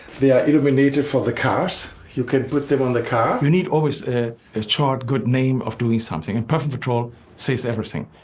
they are illuminator for the cars. you can put them on the car. you need always a short good name of doing something and puffin patrol says everything.